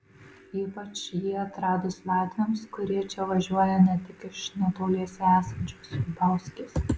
ypač jį atradus latviams kurie čia važiuoja ne tik iš netoliese esančios bauskės